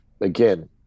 again